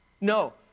No